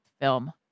film